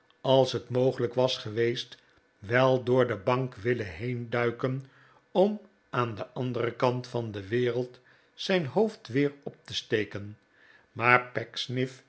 als het mogelijk was geweest wel door de bank willen heen duiken om aan den anderen kant van de wereld zijn hoofd weer op te steken maar